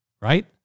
right